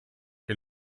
che